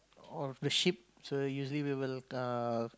off the ship so usually we will uh